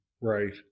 Right